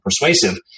persuasive